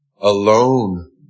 alone